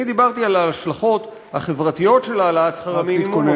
אני דיברתי על ההשלכות החברתיות של העלאת שכר המינימום,